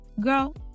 girl